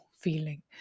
feeling